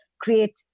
create